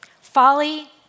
Folly